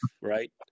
right